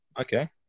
okay